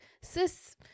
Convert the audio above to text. sis